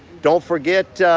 don't forget